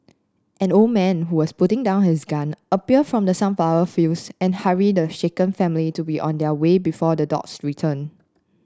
an old man who was putting down his gun appeared from the sunflower fields and hurried the shaken family to be on their way before the dogs return